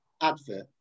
advert